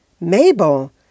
Mabel